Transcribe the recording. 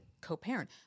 co-parent